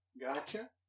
Gotcha